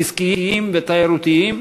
עסקיים ותיירותיים,